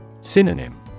Synonym